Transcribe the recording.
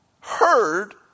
heard